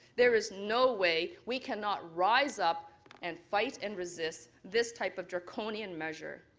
there is no way. we cannot rise up and fight and resist this type of draconian measure.